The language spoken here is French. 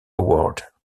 award